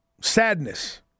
sadness